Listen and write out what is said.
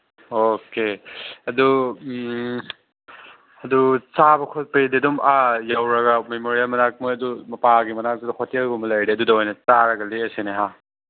okay ꯑꯗꯨ ꯑꯗꯨ ꯆꯥꯕ ꯈꯣꯠꯄꯩꯗꯤ ꯑꯗꯨꯝ ꯑꯥ ꯌꯧꯔꯒ ꯃꯦꯃꯣꯔꯤꯌꯦꯜ ꯃꯅꯥꯛ ꯃꯣꯏ ꯑꯗꯨ ꯃꯄꯥꯒꯤ ꯃꯅꯥꯛꯇꯨꯗ ꯍꯣꯇꯦꯜꯒꯨꯝꯕ ꯂꯩꯔꯗꯤ ꯑꯗꯨꯗ ꯑꯣꯏꯅ ꯆꯥꯔꯒ ꯂꯦꯛꯑꯁꯤꯅꯦ ꯍꯥ